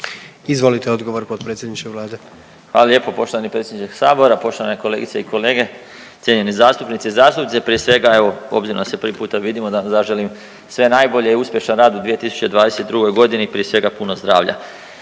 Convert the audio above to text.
Izvolite odgovor potpredsjedniče Vlade. **Marić, Zdravko** Hvala lijepo poštovani predsjedniče Sabora, poštovane kolegice i kolege, cijenjeni zastupnici i zastupnice. Prije svega evo obzirom da se prvi puta vidimo da zaželim sve najbolje, uspješan rad u 2022. godini, prije svega puno zdravlja.